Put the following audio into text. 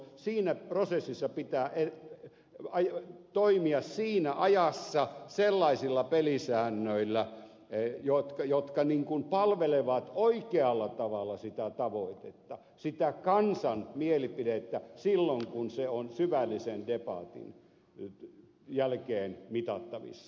siinä prosessissa pitää toimia siinä ajassa sellaisilla pelisäännöillä jotka palvelevat oikealla tavalla sitä tavoitetta sitä kansan mielipidettä silloin kun se on syvällisen debatin jälkeen mitattavissa